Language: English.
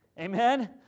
Amen